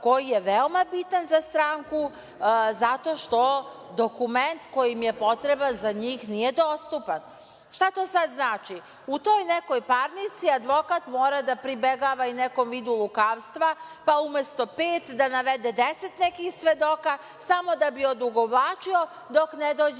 koji je veoma bitan za stranku, zato što dokument koji im je potreban za njih nije dostupan. Šta to sad znači, u toj nekoj parnici advokat mora da pribegava i nekom vidu lukavstva, pa umesto pet, da navede nekih deset svedoka, samo da bi odugovlačio dok ne dođe